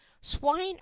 swine